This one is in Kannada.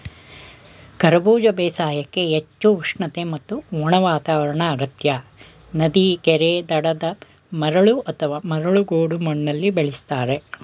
ಕರಬೂಜ ಬೇಸಾಯಕ್ಕೆ ಹೆಚ್ಚು ಉಷ್ಣತೆ ಮತ್ತು ಒಣ ವಾತಾವರಣ ಅಗತ್ಯ ನದಿ ಕೆರೆ ದಡದ ಮರಳು ಅಥವಾ ಮರಳು ಗೋಡು ಮಣ್ಣಲ್ಲಿ ಬೆಳೆಸ್ತಾರೆ